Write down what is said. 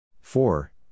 four